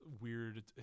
Weird